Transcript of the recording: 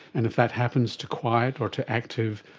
and if that happens, too quiet or too active,